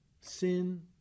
Sin